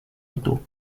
itu